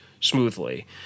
smoothly